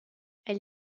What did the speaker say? elle